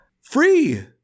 free